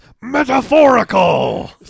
metaphorical